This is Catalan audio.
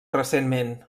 recentment